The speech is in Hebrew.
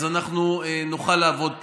אז אנחנו נוכל לעבוד פה.